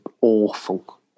awful